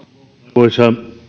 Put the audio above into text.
arvoisa